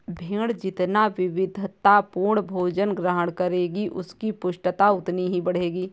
भेंड़ जितना विविधतापूर्ण भोजन ग्रहण करेगी, उसकी पुष्टता उतनी ही बढ़ेगी